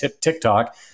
TikTok